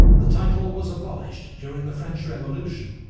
the title was abolished during the french revolution,